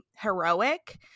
heroic